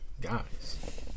guys